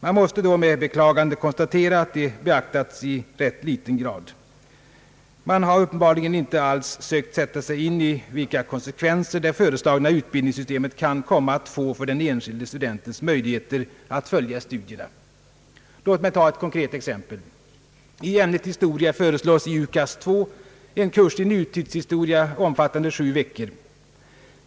Man måste då med beklagande konstatera att de beaktats i rätt liten grad. Regeringen har uppenbarligen inte alls sökt sätta sig in i vilka konsekvenser det föreslagna utbildningssystemet kan komma att få för den enskilde studentens möjligheter att följa studierna. Låt mig ta ett konkret exempel. I ämnet historia föreslås i UKAS II en kurs i nutidshistoria omfattande sju veckor.